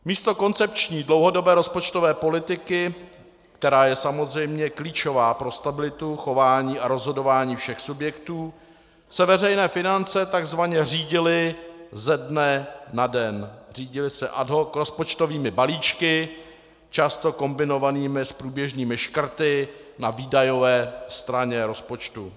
Místo koncepční dlouhodobé rozpočtové politiky, která je samozřejmě klíčová pro stabilitu, chování a rozhodování všech subjektů, se veřejné finance takzvaně řídily ze dne na den, řídily se ad hoc rozpočtovými balíčky, často kombinovanými s průběžnými škrty na výdajové straně rozpočtu.